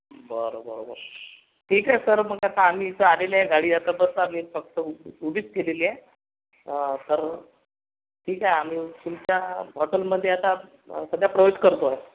बरं बरं बरं ठीक आहे सर मग आता आम्ही इथं आलेले आहे गाडी आता बस आम्ही फक्त उ उभीच केलेली आहे तर ठीक आहे आम्ही तुमच्या हॉटलमध्ये आता सध्या प्रवेश करतो आहे